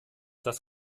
das